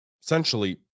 essentially